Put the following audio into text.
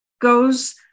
goes